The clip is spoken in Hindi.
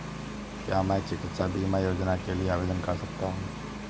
क्या मैं चिकित्सा बीमा योजना के लिए आवेदन कर सकता हूँ?